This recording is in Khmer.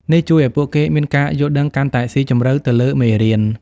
នេះជួយឲ្យពួកគេមានការយល់ដឹងកាន់តែស៊ីជម្រៅទៅលើមេរៀន។